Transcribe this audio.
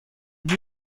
new